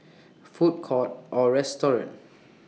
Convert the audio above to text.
Food Courts Or restaurants